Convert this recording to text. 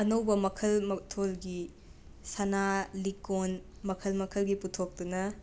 ꯑꯅꯧꯕ ꯃꯈꯜ ꯃꯊꯣꯜꯒꯤ ꯁꯅꯥ ꯂꯤꯛꯀꯣꯟ ꯃꯈꯜ ꯃꯈꯜꯒꯤ ꯄꯨꯊꯣꯛꯇꯨꯅ